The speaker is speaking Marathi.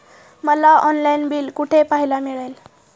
मला ऑनलाइन बिल कुठे पाहायला मिळेल?